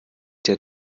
der